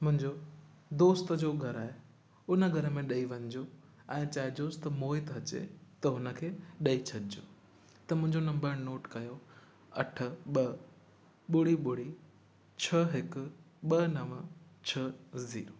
मुंहिंजो दोस्त जो घरु आहे उन घर में ॾई वञिजो ऐं चइजोसि त मोहित अचे त हुन खे ॾई छॾिजो त मुंहिंजो नम्बर नोट कयो अठ ॿ ॿुड़ी ॿुड़ी छह हिक ॿ नव छह ज़ीरो